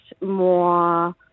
more